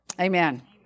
Amen